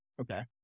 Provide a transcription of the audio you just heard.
Okay